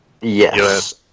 yes